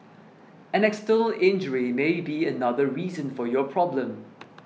an external injury may be another reason for your problem